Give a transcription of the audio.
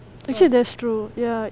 actually that's true ya